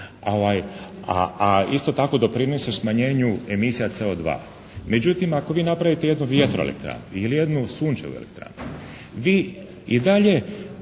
a isto tako doprinose smanjenju emisija CO2. Međutim ako vi napravite jednu vjetro elektranu ili jednu sunčevu elektranu vi i dalje